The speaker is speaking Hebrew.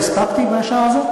עוד לא הספקתי בשעה הזאת.